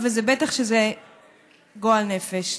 אבל בטח שזה גועל נפש.